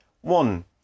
One